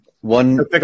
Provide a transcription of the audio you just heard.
one